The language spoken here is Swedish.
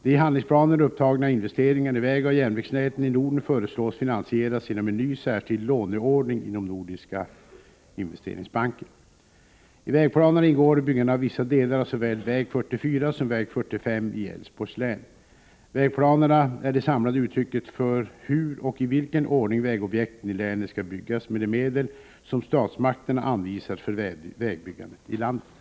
De i handlingsplanen upptagna investeringarna i vägoch järnvägsnäten i Norden föreslås bli finansierade genom en ny särskild låneordning inom Nordiska investeringsbanken. I vägplanerna ingår byggande av vissa delar av såväl väg 44 som väg 45 i Älvsborgs län. Vägplanerna är det samlade uttrycket för hur och i vilken ordning vägobjekten i länen skall byggas med de medel som statsmakterna anvisar för vägbyggandet i landet.